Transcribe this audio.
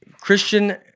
Christian